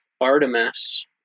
Artemis